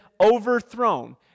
overthrown